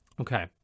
Okay